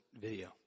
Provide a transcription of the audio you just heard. video